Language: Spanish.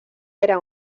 era